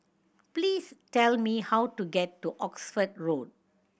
please tell me how to get to Oxford Road